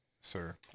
Sir